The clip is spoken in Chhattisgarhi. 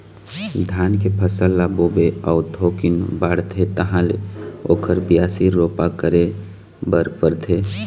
धान के फसल ल बोबे अउ थोकिन बाढ़थे तहाँ ले ओखर बियासी, रोपा करे बर परथे